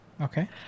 okay